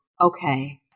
okay